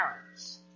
parents